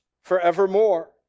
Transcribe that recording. forevermore